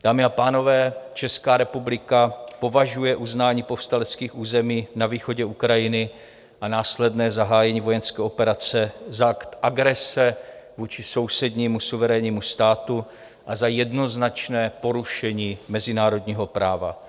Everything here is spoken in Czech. Dámy a pánové, Česká republika považuje uznání povstaleckých území na východě Ukrajiny a následné zahájení vojenské operace za akt agrese vůči sousednímu suverénnímu státu a za jednoznačné porušení mezinárodního práva.